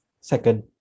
second